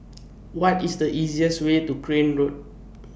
What IS The easiest Way to Crane Road